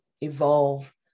evolve